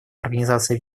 организации